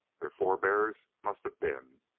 their forebears must have been,